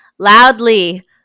loudly